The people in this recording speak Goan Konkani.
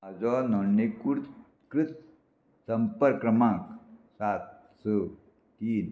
म्हाजो नोंडणीकुर्तकृत संपर्क क्रमांक सात स तीन